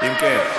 אם כן,